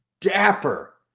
dapper